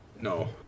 No